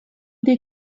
des